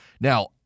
Now